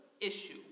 issue